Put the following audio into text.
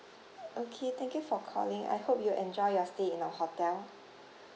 okay thank you for calling I hope you will enjoy your stay in our hotel